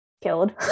killed